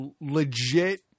legit